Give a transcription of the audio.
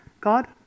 God